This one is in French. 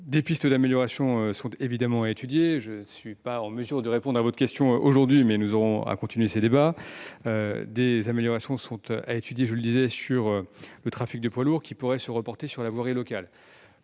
Des pistes d'amélioration sont évidemment à étudier ; je ne suis pas en mesure de répondre à votre question aujourd'hui, mais nous continuerons ces débats. Ainsi, des améliorations doivent être envisagées quant au trafic des poids lourds, qui pourrait se reporter sur la voirie locale.